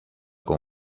con